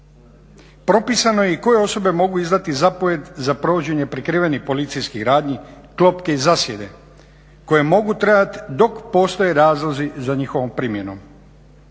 Propisano je i koje osobe mogu izdati zapovijed za provođenje prikrivenih policijskih radnji, klopke i zasjede koje mogu trajat dok postoje razlozi za njihovom primjenom.